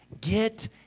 Get